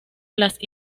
las